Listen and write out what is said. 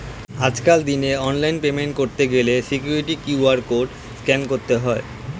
আজকের দিনে অনলাইনে পেমেন্ট করতে গেলে সিকিউরিটি কিউ.আর কোড স্ক্যান করতে হয়